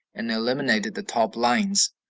and eliminated the top lines,